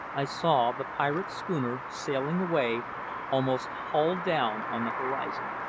i saw the pirate schooner sailing away almost hull down on the horizon!